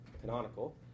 canonical